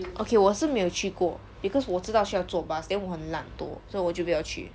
okay 我是没有去过 because 我知道需要坐 bus then 我很懒懒惰所以我就不要去